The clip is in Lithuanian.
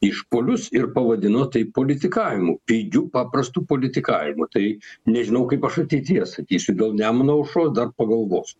išpuolius ir pavadino tai politikavimu pigiu paprastu politikavimu tai nežinau kaip aš ateityje sakysiu dėl nemuno aušros dar pagalvos